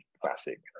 classic